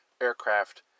aircraft